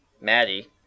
Maddie